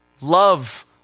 love